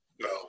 No